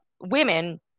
women